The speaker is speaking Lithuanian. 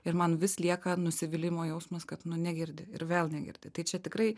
ir man vis lieka nusivylimo jausmas kad nu negirdi ir vėl negirdi tai čia tikrai